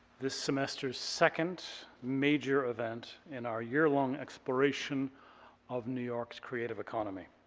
this semester's second major event in our year-long exploration of new york's creative economy.